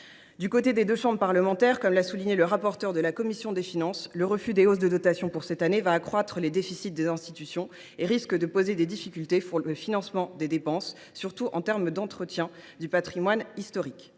concerne les deux chambres parlementaires, comme l’a souligné le rapporteur spécial, le refus annoncé des hausses de dotations pour cette année va accroître les déficits de ces institutions, risque de poser des difficultés pour le financement des dépenses, surtout en matière d’entretien du patrimoine historique,